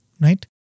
right